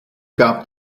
gab